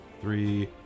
three